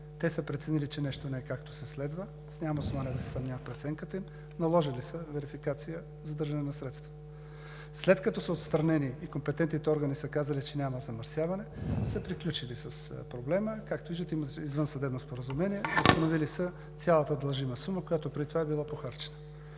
Те са преценили, че нещо не е както следва – аз нямам основание да се съмнявам в преценката им – наложили са верификация „задържане на средства“. След като са отстранени и компетентните органи са казали, че няма замърсяване, са приключили с проблема – както виждате, има извънсъдебно споразумение, възстановили са цялата дължима сума, която преди това е била похарчена.